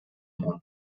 món